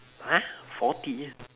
!huh! forty